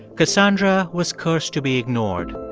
cassandra was cursed to be ignored.